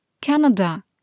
Canada